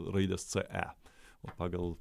raidės ce o pagal